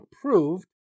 approved